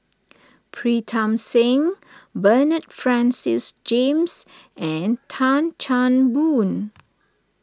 Pritam Singh Bernard Francis James and Tan Chan Boon